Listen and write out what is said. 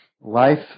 life